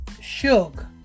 Shug